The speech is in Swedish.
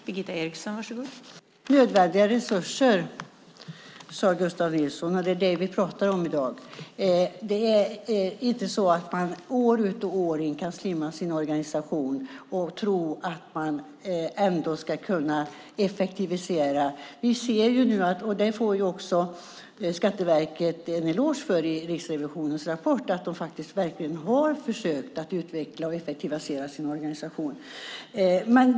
Fru talman! Nödvändiga resurser, sade Gustav Nilsson. Det är det vi pratar om i dag. Man kan inte år ut och år in slimma sin organisation och tro att man ändå ska kunna effektivisera. Skatteverket får en eloge i Riksrevisionens rapport för att de verkligen har försökt utveckla och effektivisera sin organisation.